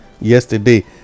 yesterday